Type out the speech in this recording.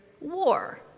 war